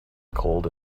cold